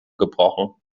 gebrochen